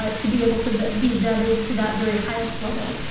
ah to be able to be vetted to that very highest level.